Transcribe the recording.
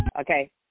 okay